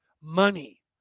Money